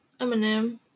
Eminem